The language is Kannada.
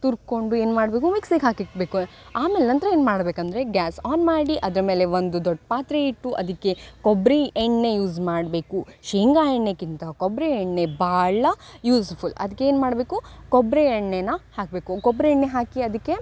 ತುರ್ಕೊಂಡು ಏನು ಮಾಡಬೇಕು ಮಿಕ್ಸಿಗೆ ಹಾಕಿಡ್ಬೇಕು ಆಮೇಲೆ ನಂತರ ಏನು ಮಾಡಬೇಕಂದ್ರೆ ಗ್ಯಾಸ್ ಆನ್ ಮಾಡಿ ಅದರ ಮೇಲೆ ಒಂದು ದೊಡ್ಡ ಪಾತ್ರೆ ಇಟ್ಟು ಅದಕ್ಕೆ ಕೊಬ್ಬರಿ ಎಣ್ಣೆ ಯೂಸ್ ಮಾಡಬೇಕು ಶೇಂಗ ಎಣ್ಣೆಗಿಂತ ಕೊಬ್ಬರಿ ಎಣ್ಣೆ ಭಾಳ ಯೂಸ್ಫುಲ್ ಅದ್ಕೇನು ಮಾಡಬೇಕು ಕೊಬ್ಬರಿ ಎಣ್ಣೆನ ಹಾಕಬೇಕು ಕೊಬ್ಬರಿ ಎಣ್ಣೆ ಹಾಕಿ ಅದಕ್ಕೆ